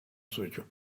suyo